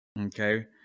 okay